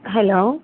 hello